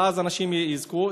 ואז אנשים יזכו.